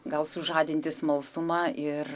gal sužadinti smalsumą ir